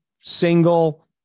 single